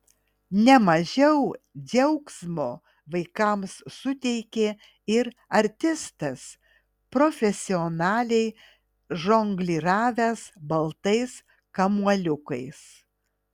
ne mažiau džiaugsmo vaikams suteikė ir artistas profesionaliai žongliravęs baltais kamuoliukais